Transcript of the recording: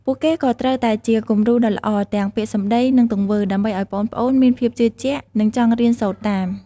ពួកគេក៏ត្រូវតែជា គំរូដ៏ល្អ ទាំងពាក្យសម្ដី និងទង្វើ ដើម្បីឱ្យប្អូនៗមានភាពជឿជាក់ និងចង់រៀនសូត្រតាម។